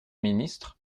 ministre